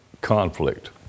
conflict